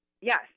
Yes